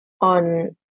on